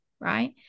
right